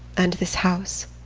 and this house.